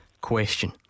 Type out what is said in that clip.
question